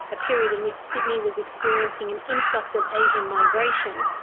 a period in which sydney was experiencing an influx of asian migration,